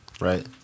Right